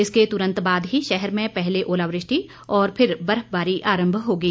इसके तुरंत बाद ही शहर में पहले ओलावृष्टि और फिर बर्फबारी आरंभ हो गई